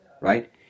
right